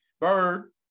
Bird